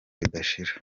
ridashira